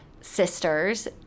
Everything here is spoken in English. sisters